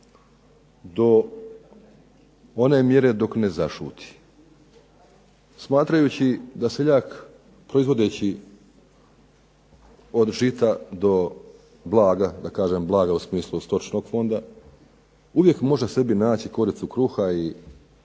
do one mjere dok ne zašuti. Smatrajući da seljak proizvodeći do žita do blaga, kada kažem blaga u smislu stočnog fonda, uvijek može sebi naći koricu kruha i